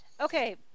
Okay